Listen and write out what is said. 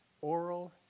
oral